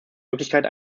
möglichkeit